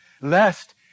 lest